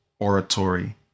Oratory